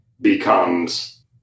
becomes